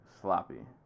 sloppy